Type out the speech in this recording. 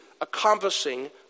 accomplishing